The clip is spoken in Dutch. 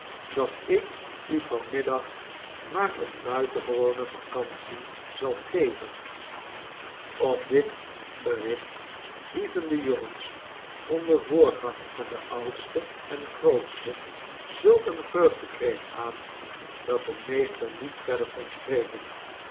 dat ik u van middag maar eene buitengewone vacantie zal geven op lit bericht hieven de jongens onder voorgang van den oudsten en grootsten zulk een vreugdekreet aan dat de meester niet verder kon spreken